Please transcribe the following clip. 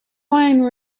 wine